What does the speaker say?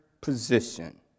position